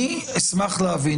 אני אשמח להבין,